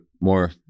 more